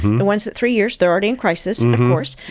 the ones at three years, they're already in crisis, and of course.